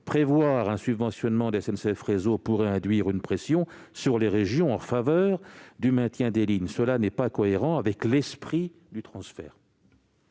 Prévoir un subventionnement de SNCF Réseau pourrait induire une pression sur les régions en faveur du maintien des lignes. Cela n'est pas cohérent avec l'esprit du transfert.